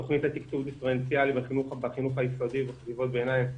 התוכנית לתקצוב דיפרנציאלי בחינוך היסודי ובחטיבות הביניים,